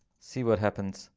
see what happens.